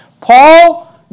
Paul